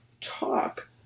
talk